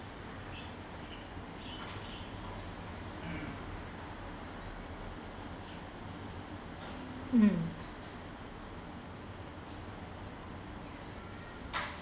mm